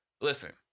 listen